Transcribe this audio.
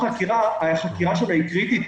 החקירה שלו היא קריטית.